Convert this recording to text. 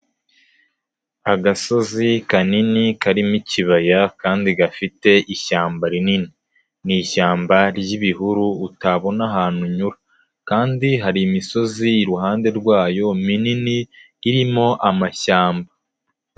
Agasozi kanini karimo ikibaya kandi gafite ishyamba rinini. Ni ishyamba ry'ibihuru utabona ahantu unyura. Kandi hari imisozi iruhande rwayo minini irimo amashyamba.